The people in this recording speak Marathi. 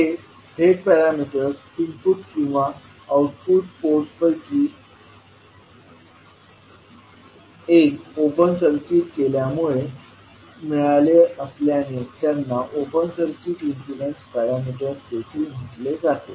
हे z पॅरामीटर्स इनपुट किंवा आउटपुट पोर्ट पैकी एक ओपन सर्किट केल्यामुळे मिळाले असल्याने त्यांना ओपन सर्किट इम्पीडन्स पॅरामीटर्स देखील म्हटले जाते